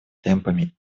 темпами